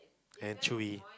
and chewy